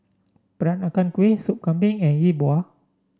Peranakan Kueh Soup Kambing and Yi Bua